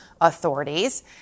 authorities